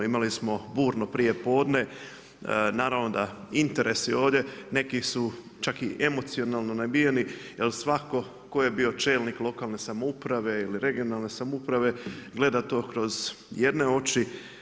Imali smo burno prijepodne, naravno da interesi ovdje neki su čak i emocionalno nabijeni jer svatko tko je bio čelnik lokalne samouprave ili regionalne samouprave gleda to kroz jedne oči.